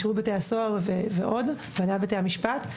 שירות בתי הסוהר וגם בתי המשפט.